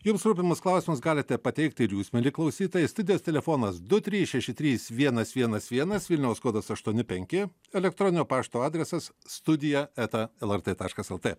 jums rūpimus klausimus galite pateikti ir jūs mieli klausytojai studijos telefonas du trys šeši trys vienas vienas vienas vilniaus kodas aštuoni penki elektroninio pašto adresas studija eta lrt taškas lt